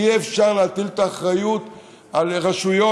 אי-אפשר להטיל את האחריות על רשויות